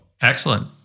Excellent